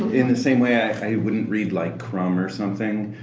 in the same way i wouldn't read like krum or something,